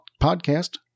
podcast